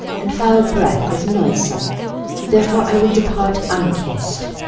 and foul breath is noisome therefore i will depart unkissed.